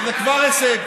זה כבר הישג.